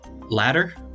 Ladder